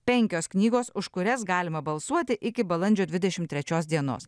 penkios knygos už kurias galima balsuoti iki balandžio dvidešim trečios dienos